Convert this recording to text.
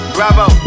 Bravo